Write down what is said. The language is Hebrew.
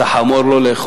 להעביר לוועדת החינוך.